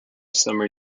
summer